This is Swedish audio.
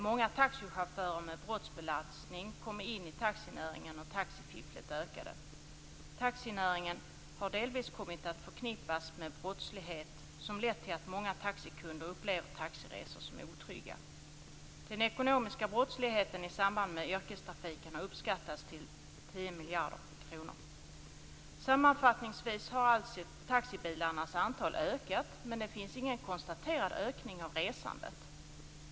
Många taxichaufförer med brottsbelastning kom in i taxinäringen, och taxififflet ökade. Taxinäringen har delvis kommit att förknippas med brottslighet, vilket lett till att många taxikunder upplever taxiresor som otrygga. Den ekonomiska brottsligheten i samband med yrkestrafiken har uppskattats till 10 miljarder kronor. Sammanfattningsvis har alltså taxibilarnas antal ökat, men det finns ingen konstaterad ökning av resandet.